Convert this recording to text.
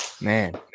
Man